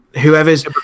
Whoever's